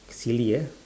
silly yeah